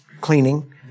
cleaning